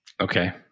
Okay